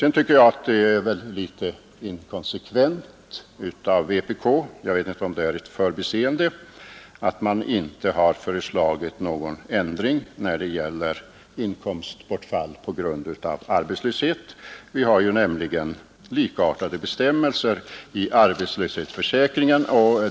Jag tycker att det är litet inkonsekvent av vänsterpartiet kommunisterna — jag vet inte om det beror på ett förbiseende — att man inte föreslagit någon ändring när det gäller inkomstbortfall på grund av arbetslöshet. Vi har ju likartade bestämmelser i arbetslöshetsförsäkringen.